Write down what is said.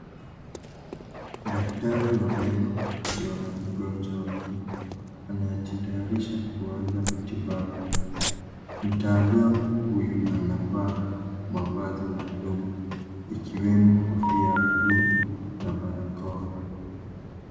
Daktari wa meno akiwa na mgonjwa wake, anajitayarisha kuanza matibabu, mtaalamu huyu anavaa mavazi maalum ikiwemo kofia ya bulu na barakoa.